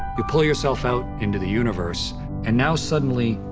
you pull yourself out into the universe and now suddenly,